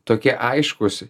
tokie aiškūs